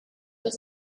was